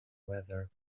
whether